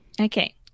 Okay